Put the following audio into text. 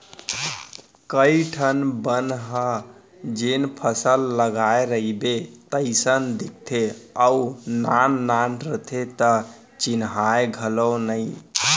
कइ ठन बन ह जेन फसल लगाय रइबे तइसने दिखते अउ नान नान रथे त चिन्हावय घलौ नइ